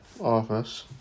office